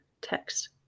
text